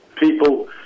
People